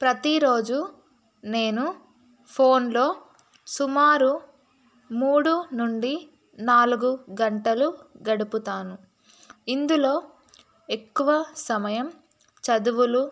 ప్రతిరోజు నేను ఫోన్లో సుమారు మూడు నుండి నాలుగు గంటలు గడుపుతాను ఇందులో ఎక్కువ సమయం చదువులు